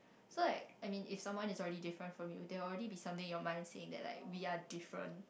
so like I mean if someone is already different from you there will already be something in your mind saying like we are different